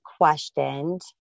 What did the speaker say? questioned